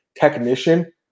technician